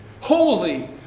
Holy